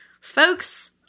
Folks